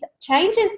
changes